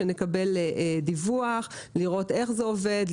שנקבל דיווח לראות איך זה עובד,